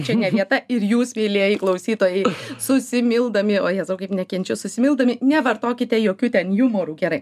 čia ne vieta ir jūs mielieji klausytojai susimildami o jėzau kaip nekenčiu susimildami nevartokite jokių ten jumorų gerai